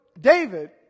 David